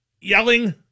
yelling